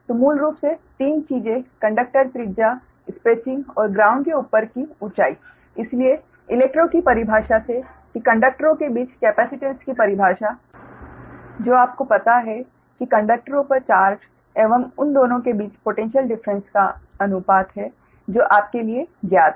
तो मूल रूप से 3 चीजें कंडक्टर त्रिज्या स्पेसिंगऔर ग्राउंड के ऊपर की ऊँचाई इसलिए इलेक्ट्रो की परिभाषा से कि कंडक्टरों के बीच कैपेसिटेन्स की परिभाषा जो आपको पता है कि कंडक्टरों पर चार्ज एवं उन दोनों के बीच पोटैन्श्यल डिफ़्रेंस का अनुपात है जो आपके लिए ज्ञात हैं